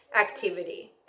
activity